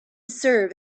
serve